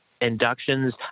inductions –